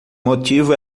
motivo